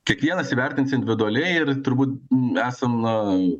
kiekvienas įvertins individualiai ir turbūt n esam na